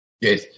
Yes